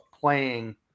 playing